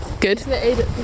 Good